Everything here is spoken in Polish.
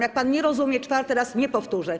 Jak pan nie rozumie, czwarty raz nie powtórzę.